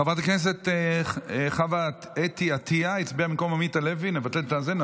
את הצעת חוק מגבלות על חזרתו של מורשע במעשה טרור לסביבת נפגעי העבירה,